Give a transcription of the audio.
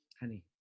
Honey